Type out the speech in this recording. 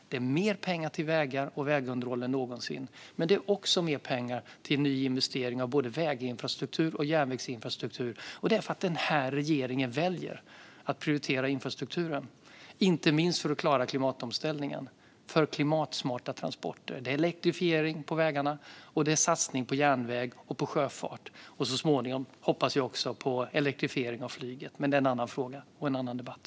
Det finns mer pengar till vägar och vägunderhåll än någonsin, men det finns också mer pengar till nyinvesteringar i både väginfrastruktur och järnvägsinfrastruktur. Det är för att den här regeringen väljer att prioritera infrastrukturen, inte minst för att klara klimatomställningen och skapa klimatsmarta transporter. Det handlar om elektrifiering av vägarna och en satsning på järnväg och sjöfart. Så småningom hoppas vi också på elektrifiering av flyget, men det är en annan fråga och en annan debatt.